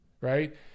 right